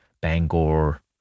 Bangor